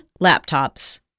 laptops